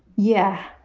yeah,